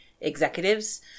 executives